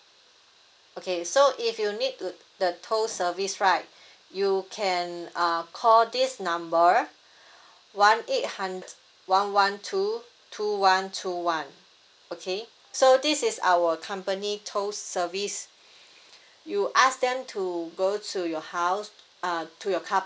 okay so if you need to the tow service right you can uh call this number one eight hundred one one two two one two one okay so this is our company tow service you ask them to go to your house uh to your car